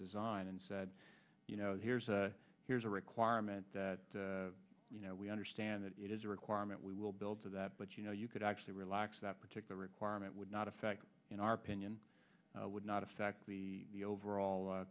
design and said you know here's a here's a requirement that you know we understand that it is a requirement we will build to that but you know you could actually relax that particular requirement would not affect in our opinion would not affect the overall